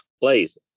please